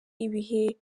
ibihe